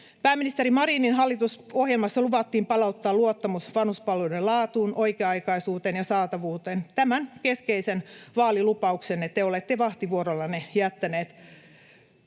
Pääministeri Marinin hallitusohjelmassa luvattiin palauttaa luottamus vanhuspalveluiden laatuun, oikea-aikaisuuteen ja saatavuuteen. Tämän keskeisen vaalilupauksenne te olette vahtivuorollanne jättäneet